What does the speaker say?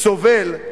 סובל,